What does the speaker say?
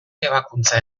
ebakuntza